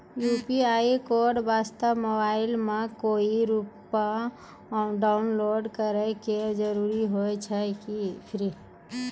UPI code वास्ते mobile मे कोय एप्प डाउनलोड करे के जरूरी होय छै की?